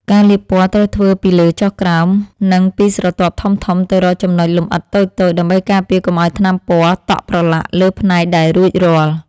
ការលាបពណ៌ត្រូវធ្វើពីលើចុះក្រោម និងពីស្រទាប់ធំៗទៅរកចំណុចលម្អិតតូចៗ ដើម្បីការពារកុំឱ្យថ្នាំពណ៌តក់ប្រឡាក់លើផ្នែកដែលរួចរាល់។